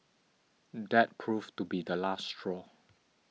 that proved to be the last straw